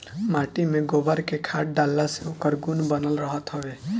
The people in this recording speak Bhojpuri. माटी में गोबर के खाद डालला से ओकर गुण बनल रहत हवे